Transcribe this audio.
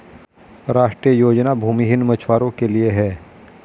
राष्ट्रीय योजना भूमिहीन मछुवारो के लिए है